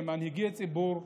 כמנהיגי ציבור,